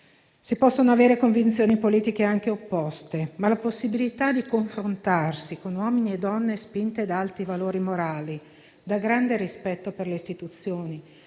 Si possono avere convinzioni politiche anche opposte, ma la possibilità di confrontarsi con uomini e donne spinti da alti valori morali, da grande rispetto per le istituzioni,